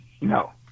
no